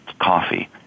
coffee